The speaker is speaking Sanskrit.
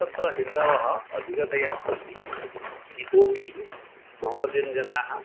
तत्र हिन्दवः अधिकतया सन्ति इतोऽपि मम धनं जनाः